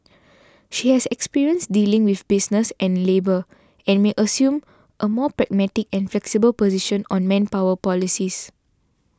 she has experience dealing with business and labour and may assume a more pragmatic and flexible position on manpower policies